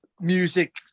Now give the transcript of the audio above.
music